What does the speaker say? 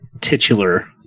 titular